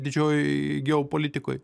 didžiojoj geopolitikoj